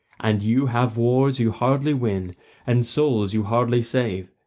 and you have wars you hardly win and souls you hardly save.